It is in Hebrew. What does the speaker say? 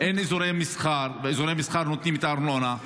אין אזורי מסחר, ואזורי מסחר נותנים את הארנונה.